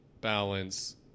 balance